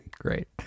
great